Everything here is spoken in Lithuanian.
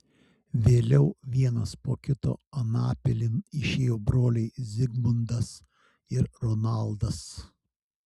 vėliau vienas po kito anapilin išėjo broliai zigmundas ir ronaldas